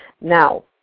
Now